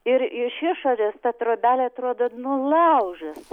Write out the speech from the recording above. ir iš išorės ta trobelė atrodo nu laužas